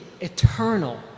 eternal